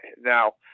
Now